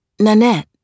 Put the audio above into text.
Nanette